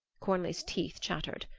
cornley's teeth chattered.